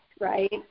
right